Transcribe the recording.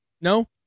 no